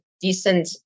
decent